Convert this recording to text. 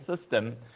system